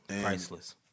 Priceless